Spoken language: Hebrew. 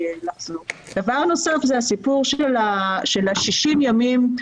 דבר נוסף הוא הסיפור של 60 הימים.